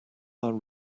our